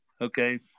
Okay